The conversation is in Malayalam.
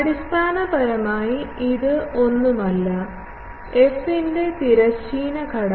അടിസ്ഥാനപരമായി ഇത് ഒന്നുമല്ല f ൻറെ തിരശ്ചീന ഘടകം